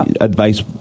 advice